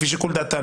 לפי שיקול דעתה,